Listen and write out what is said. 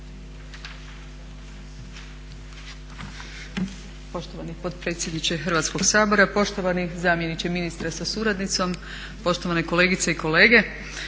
Poštovani potpredsjedniče Hrvatskog sabora, poštovani zamjeniče ministra sa suradnicom, poštovane kolegice i kolege.